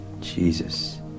Jesus